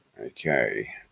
Okay